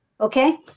okay